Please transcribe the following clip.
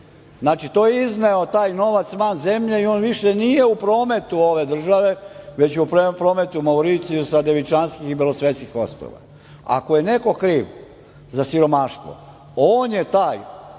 Znači, izneo je taj novac van zemlje i on više nije u prometu ove države već je u prometu na Mauricijusu sa Devičanskih i belosvetskih ostrva. Ako je neko kriv za siromaštvo, on je taj